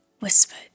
whispered